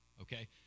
okay